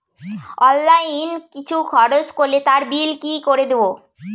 Online কিছু খরচ করলে তার বিল কি করে দেবো?